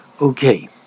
Okay